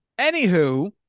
Anywho